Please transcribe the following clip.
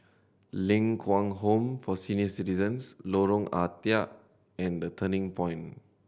Ling Kwang Home for Senior Citizens Lorong Ah Thia and The Turning Point